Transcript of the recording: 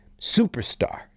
superstar